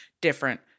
different